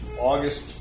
August